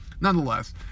Nonetheless